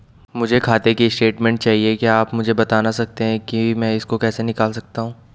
मुझे खाते की स्टेटमेंट चाहिए क्या आप मुझे बताना सकते हैं कि मैं इसको कैसे निकाल सकता हूँ?